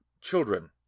children